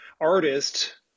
artist